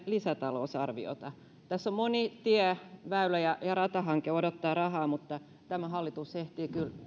lisätalousarviota tässä moni tie väylä ja ja ratahanke odottaa rahaa mutta tämä hallitus ehtii kyllä